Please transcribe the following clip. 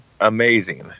amazing